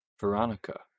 Veronica